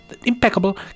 impeccable